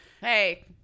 Hey